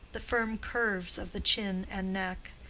the firm curves of the chin and neck,